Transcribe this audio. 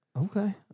Okay